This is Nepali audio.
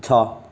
छ